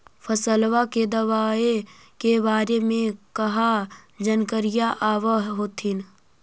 फसलबा के दबायें के बारे मे कहा जानकारीया आब होतीन?